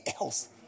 else